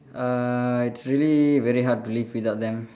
uh it's really very hard to live without them